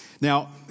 Now